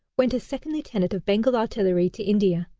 went as second-lieutenant of bengal artillery to india.